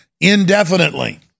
indefinitely